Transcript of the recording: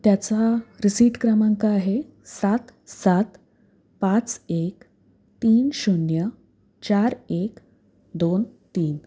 त्याचा रिसीट क्रमांक आहे सात सात पाच एक तीन शून्य चार एक दोन तीन